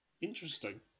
Interesting